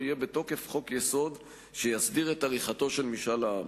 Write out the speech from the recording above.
יהיה בתוקף חוק-יסוד שיסדיר את עריכתו של משאל העם.